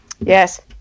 Yes